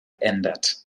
ändert